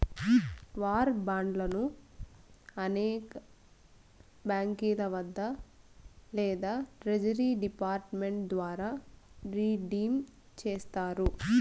war బాండ్లను అనేక బాంకీల వద్ద లేదా ట్రెజరీ డిపార్ట్ మెంట్ ద్వారా రిడీమ్ చేస్తారు